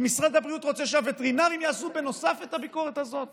כי משרד הבריאות רוצה שהווטרינרים יעשו בנוסף את הביקורת הזאת.